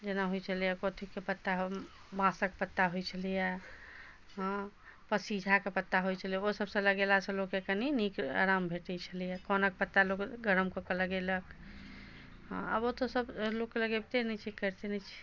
जेना होइ छलै हँ कथी के पत्ता बाँसक पत्ता होइ छलै हँ पसीजा के पत्ता होइ छलै ओसब लगेला सॅं लोगकेॅं कनी नीक आराम भेटै छलै पानक पत्ता लोक गरम कऽ के लगेलक आ आब तऽ लोक लगैबते नहि छै करिते नहि छै